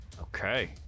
Okay